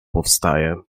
powstaje